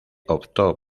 optó